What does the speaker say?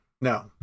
no